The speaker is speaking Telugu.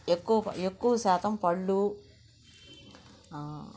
ఎక్కువ ఎక్కువ శాతం పళ్ళు